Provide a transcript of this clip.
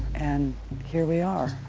and here we are.